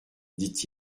dit